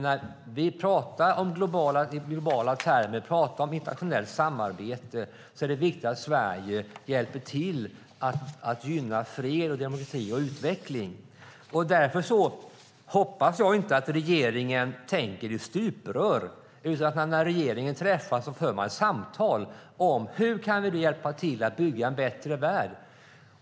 När vi pratar i globala termer om internationellt samarbete är det viktigt att Sverige hjälper till att gynna fred, demokrati och utveckling. Därför hoppas jag att regeringen inte tänker i stuprör utan att man när regeringen träffas diskuterar och för samtal om hur vi kan hjälpa till att bygga en bättre värld.